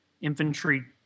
infantry